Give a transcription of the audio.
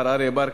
מר אריה בר,